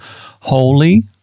holy